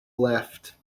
left